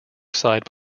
side